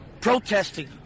protesting